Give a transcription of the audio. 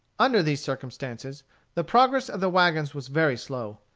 under these circumstances the progress of the wagons was very slow.